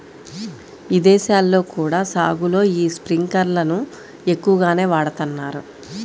ఇదేశాల్లో కూడా సాగులో యీ స్పింకర్లను ఎక్కువగానే వాడతన్నారు